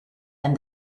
and